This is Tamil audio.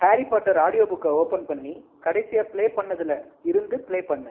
ஹேரிபாட்டர் ஆடியோ புக்கை ஓபன் பண்ணி கடைசியாக பிளே பண்ணதில் இருந்து பிளே பண்ணு